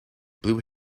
blue